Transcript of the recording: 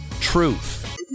truth